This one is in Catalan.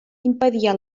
impedia